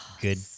good